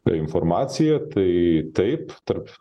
ta informacija tai taip tarp